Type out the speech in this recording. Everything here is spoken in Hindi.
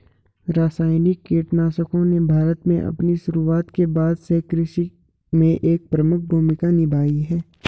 रासायनिक कीटनाशकों ने भारत में अपनी शुरूआत के बाद से कृषि में एक प्रमुख भूमिका निभाई है